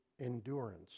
endurance